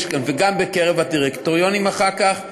וגם בקרב הדירקטוריונים אחר כך,